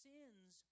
Sin's